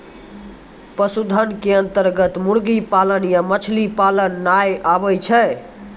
पशुधन के अन्तर्गत मुर्गी पालन या मछली पालन नाय आबै छै